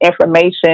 information